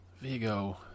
Vigo